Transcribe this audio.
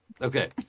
Okay